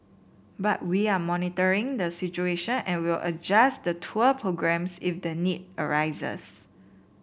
but we are monitoring the situation and will adjust the tour programmes if the need arises